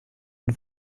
und